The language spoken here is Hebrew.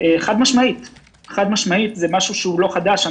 חד משמעית, זה משהו שהוא לא חדש.